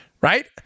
Right